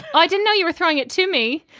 i didn't know you were throwing it to me.